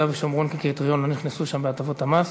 והשומרון כקריטריון לא נכנסו שם בהטבות המס.